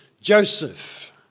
Joseph